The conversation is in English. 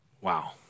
Wow